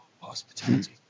hospitality